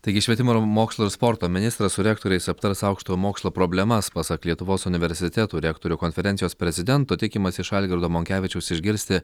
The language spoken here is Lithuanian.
taigi švietimo mokslo ir sporto ministras su rektoriais aptars aukštojo mokslo problemas pasak lietuvos universitetų rektorių konferencijos prezidento tikimasi iš algirdo monkevičiaus išgirsti